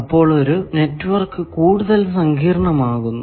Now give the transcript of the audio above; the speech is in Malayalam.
അപ്പോൾ ഒരു നെറ്റ്വർക്ക് കൂടുതൽ സങ്കീർണമാകുന്നു